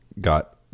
got